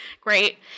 great